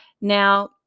Now